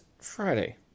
Friday